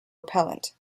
repellent